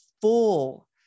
full